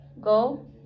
go